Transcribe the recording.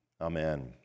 Amen